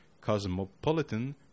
cosmopolitan